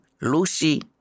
Lucy